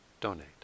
donate